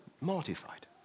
mortified